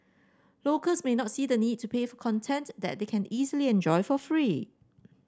locals may not see the need to pay for content that they can easily enjoy for free